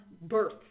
birth